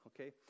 okay